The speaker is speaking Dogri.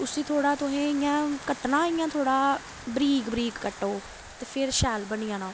उस्सी थोह्ड़ा तुसें इ'यां कट्टना इ'यां थोह्ड़ा बरीक बरीक कट्टो ते फिर शैल बनी जाना